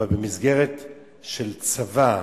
אבל במסגרת של צבא,